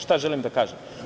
Šta želim da kažem?